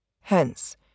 Hence